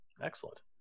Excellent